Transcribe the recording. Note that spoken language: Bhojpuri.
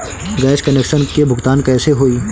गैस कनेक्शन के भुगतान कैसे होइ?